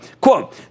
quote